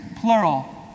plural